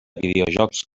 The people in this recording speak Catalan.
videojocs